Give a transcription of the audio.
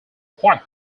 quite